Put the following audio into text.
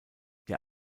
der